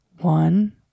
one